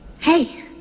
Hey